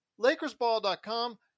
LakersBall.com